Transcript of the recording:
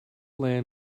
land